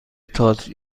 تئاتر